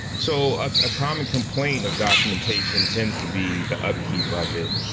so ah a common complaint of documentation tends to be the upkeep of it.